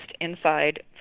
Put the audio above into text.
inside